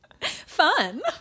Fun